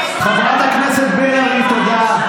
חברת הכנסת בן ארי, תודה.